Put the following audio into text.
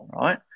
right